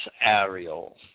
Ariel